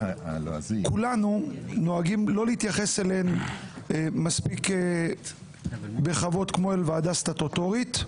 שכולנו נוהגים שלא להתייחס אליהן מספיק בכבוד כמו אל ועדה סטטוטורית.